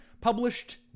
Published